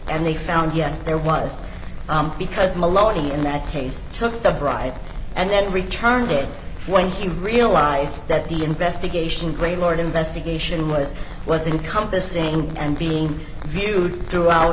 and they found yes there was because maloney in that case took the bride and then returned it when he realized that the investigation great lord investigation was was in compassing and being viewed throughout